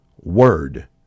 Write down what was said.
word